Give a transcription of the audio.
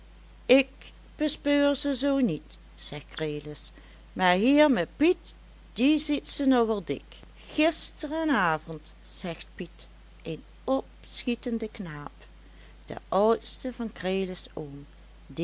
ik bespeur ze zoo niet zegt krelis maar hier me piet die ziet ze nogal dik gisteren avend zegt piet een opschietende knaap de oudste van krelis oom